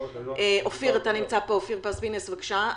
אופיר פינס, בבקשה,